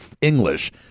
English